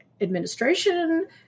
administration